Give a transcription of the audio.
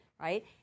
right